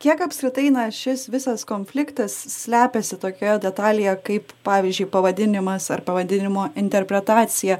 kiek apskritai na šis visas konfliktas slepiasi tokioje detalėje kaip pavyzdžiui pavadinimas ar pavadinimo interpretacija